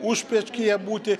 užpečkyje būti